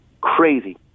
crazy